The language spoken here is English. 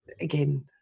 again